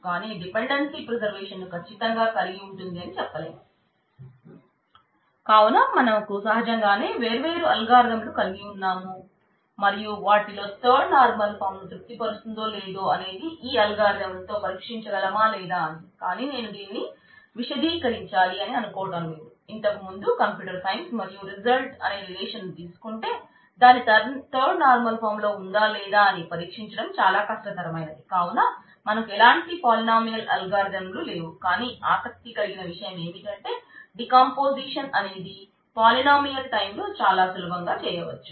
కాని dependency preservation ను కచ్చితంగా కలిగి ఉంటుంది అని చెప్పలేం కావున మనకు సహజంగానే వేర్వేరు అల్గారిథంలు అనేది పాలినామియల్ టైంలో చాలా సులభంగా చేయవచ్చు